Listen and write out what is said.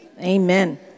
Amen